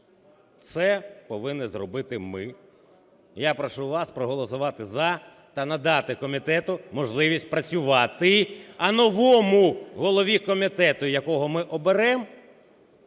це повинні зробити ми. Я прошу вас проголосувати "за" та надати комітету можливість працювати. А новому голові комітету, якого ми оберемо,